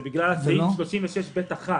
זה בגלל סעיף 36(ב1).